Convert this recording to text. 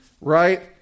right